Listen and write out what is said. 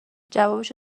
جوابشو